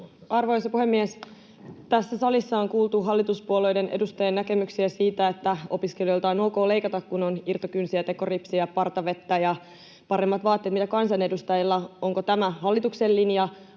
Arvoisa puhemies! Tässä salissa on kuultu hallituspuolueiden edustajien näkemyksiä siitä, että opiskelijoilta on ok leikata, kun on irtokynsiä, tekoripsiä, partavettä ja paremmat vaatteet kuin kansanedustajilla. Onko tämä hallituksen linja?